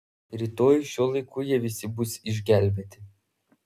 rytoj šiuo laiku jie visi bus išgelbėti